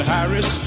Harris